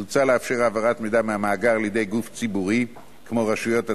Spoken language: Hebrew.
מוצע לאפשר העברת מידע מהמאגר לידי גוף ציבורי כמו רשויות התביעה,